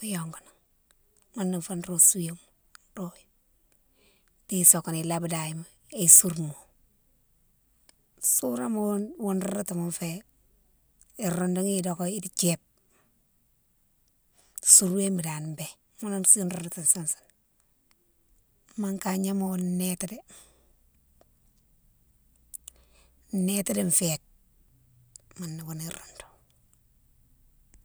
mo yongounan ghounné fé nro souwéma nro. Di sokone, lébidaye isourma, souroma ghounne, ghounne roudoutouma fé, iroudoughi, idokéghi di thiébe, sourwéne dane mbé ghounne roudoutou sousoune. Mankagno ma ghounne néti dé, néti di féke ghounné wounne roudou.